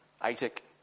Isaac